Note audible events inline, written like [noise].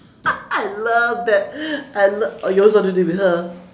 [laughs] I love that I love oh you also do with her